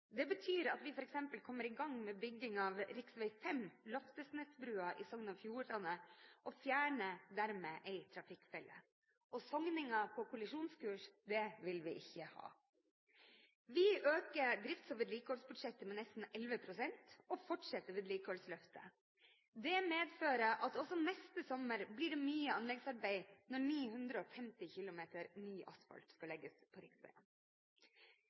Det betyr at vi f.eks. kommer i gang med bygging av rv 5, Loftesnesbrua i Sogn og Fjordane, og fjerner dermed en trafikkfelle. Sogninger på kollisjonskurs vil vi ikke ha. Vi øker drifts- og vedlikeholdsbudsjettet med nesten 11 pst. og fortsetter vedlikeholdsløftet. Det medfører at også neste sommer blir det mye anleggsarbeid når 950 kilometer ny asfalt skal legges på